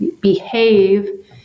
behave